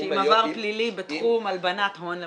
עם עבר פלילי בתחום הלבנת הון למשל.